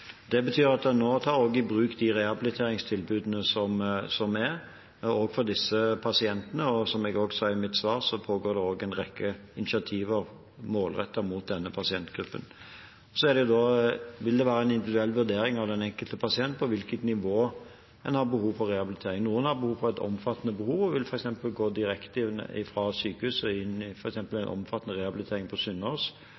Det betyr at en nå tar i bruk de rehabiliteringstilbudene som er, også for disse pasientene. Og som jeg også sa i mitt svar, pågår det en rekke initiativer målrettet mot denne pasientgruppen. Så vil det være en individuell vurdering for den enkelte pasient av på hvilket nivå en har behov for rehabilitering. Noen har et omfattende behov og vil f.eks. gå direkte fra sykehus og inn i